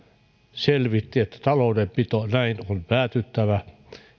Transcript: selvitti että taloudenpito näin on päätyttävä